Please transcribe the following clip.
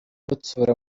gutsura